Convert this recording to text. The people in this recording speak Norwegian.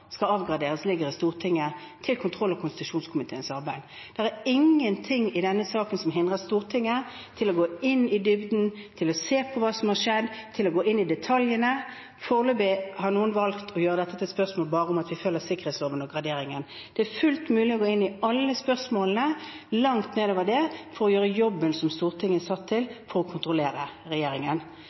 skal avgraderes, ligger i Stortinget, til kontroll- og konstitusjonskomiteens arbeid. Det er ingenting i denne saken som hindrer Stortinget i å gå i dybden, i å se på hva som har skjedd, i å gå inn i detaljene. Foreløpig har noen valgt å gjøre dette til et spørsmål bare om at vi følger sikkerhetsloven og graderingen. Det er fullt mulig å gå inn i alle spørsmålene, langt nedover i det, for å gjøre jobben som Stortinget er satt til, å kontrollere regjeringen.